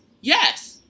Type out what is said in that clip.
yes